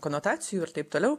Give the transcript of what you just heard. konotacijų ir taip toliau